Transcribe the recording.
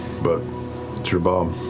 but it's your bomb.